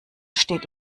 steht